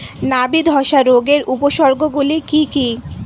নাবি ধসা রোগের উপসর্গগুলি কি কি?